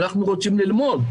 אנחנו רוצים ללמוד,